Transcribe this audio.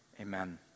amen